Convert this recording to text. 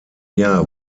jahr